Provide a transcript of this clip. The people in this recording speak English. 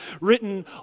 written